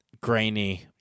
grainy